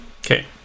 Okay